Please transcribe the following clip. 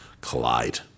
collide